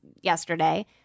yesterday